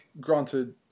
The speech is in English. granted